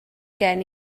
gen